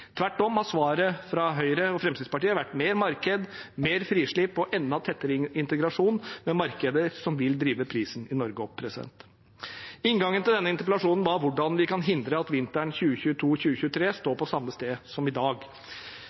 Tvert om har svaret fra Høyre og Fremskrittspartiet vært mer marked, mer frislipp og enda tettere integrasjon med markeder som vil drive prisen i Norge opp. Inngangen til denne interpellasjonen var hvordan vi kan hindre at vi vinteren 2022–2023 står på samme sted som i dag.